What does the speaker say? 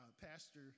Pastor